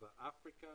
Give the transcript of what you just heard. באפריקה,